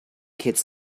kids